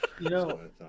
No